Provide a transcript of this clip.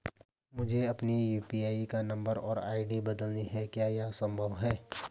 मुझे अपने यु.पी.आई का नम्बर और आई.डी बदलनी है क्या यह संभव है?